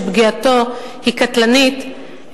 שפגיעתו היא קטלנית,